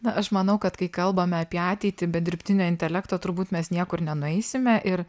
na aš manau kad kai kalbame apie ateitį be dirbtinio intelekto turbūt mes niekur nenueisime ir